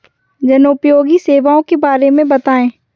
जनोपयोगी सेवाओं के बारे में बताएँ?